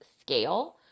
scale